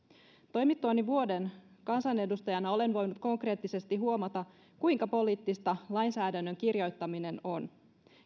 toimittuani vuoden kansanedustajana olen voinut konkreettisesti huomata kuinka poliittista lainsäädännön kirjoittaminen on